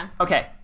Okay